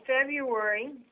February